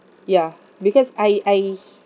ya because I I